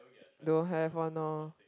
don't have one loh